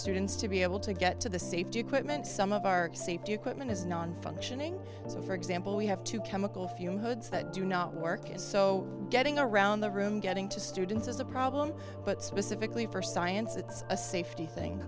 students to be able to get to the safety equipment some of our safety equipment is nonfunctioning so for example we have to chemical fuel hoods that do not work as so getting around the room getting to students is a problem but specifically for science it's a safety thing